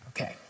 Okay